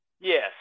yes